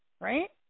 right